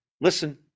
listen